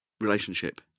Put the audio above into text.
relationship